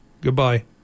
Goodbye